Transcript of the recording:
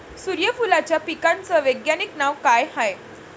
सुर्यफूलाच्या पिकाचं वैज्ञानिक नाव काय हाये?